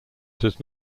does